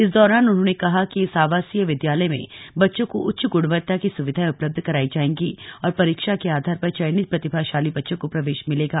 इस दौरान उन्होने कहा कि इस आवासीय विद्यालय में बच्चों को उच्च गुणवत्ता की सुविधाएँ उपलब्ध कराई जायेंगी और परीक्षा के आधार पर चयनित प्रतिभाशाली बच्चों को प्रवेश मिलेगा